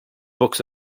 books